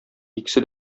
икесе